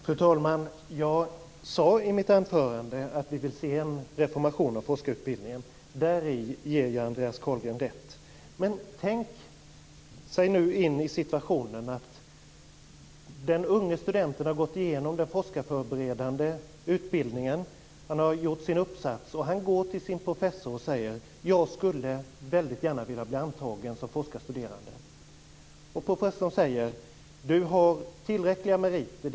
Fru talman! Jag sade i mitt anförande att vi vill se en reformering av forskarutbildningen. Däri ger jag Andreas Carlgren rätt. Jag ber dock Andreas Carlgren tänka sig in i en situation där en ung student har gått igenom den forskarförberedande utbildningen och har skrivit sin uppsats. Han går då till sin professor och säger: - Jag skulle väldigt gärna vilja bli antagen som forskarstuderande. Då säger professorn: - Du har tillräckliga meriter.